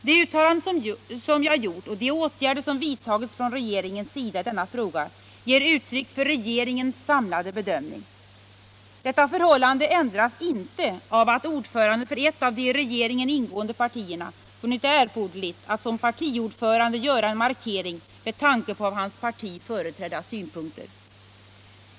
De uttalanden som jag gjort och de åtgärder som vidtagits från regeringens sida i denna fråga ger uttryck för regeringens samlade bedömning. Detta förhållande ändras inte av att ordföranden för ett av de i regeringen ingående partierna funnit det erforderligt att som partiordförande göra en markering med tanke på av hans parti företrädda synpunkter.